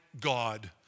God